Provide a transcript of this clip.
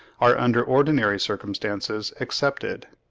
are under ordinary circumstances accepted.